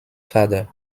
father